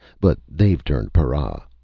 but they've turned para.